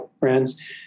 brands